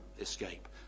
escape